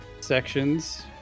sections